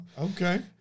okay